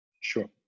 Sure